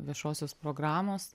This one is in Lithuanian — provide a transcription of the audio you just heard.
viešosios programos